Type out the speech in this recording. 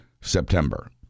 September